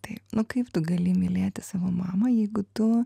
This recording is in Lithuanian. tai nu kaip tu gali mylėti savo mamą jeigu tu